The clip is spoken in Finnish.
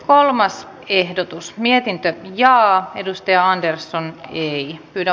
kolmas ehdotus mietintö linjaa edustia andersson ei pidä